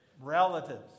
Relatives